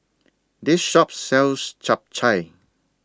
This Shop sells Chap Chai